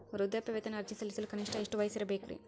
ವೃದ್ಧಾಪ್ಯವೇತನ ಅರ್ಜಿ ಸಲ್ಲಿಸಲು ಕನಿಷ್ಟ ಎಷ್ಟು ವಯಸ್ಸಿರಬೇಕ್ರಿ?